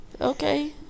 Okay